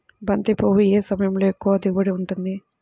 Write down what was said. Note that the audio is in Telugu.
బంతి పువ్వు ఏ సమయంలో ఎక్కువ దిగుబడి ఉంటుంది?